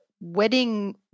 wedding